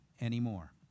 anymore